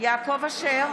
יעקב אשר,